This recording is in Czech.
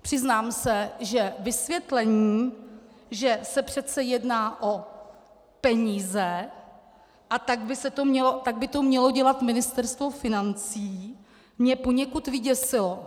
Přiznám se, že vysvětlení, že se přece jedná o peníze, a tak by to mělo dělat Ministerstvo financí, mě poněkud vyděsilo.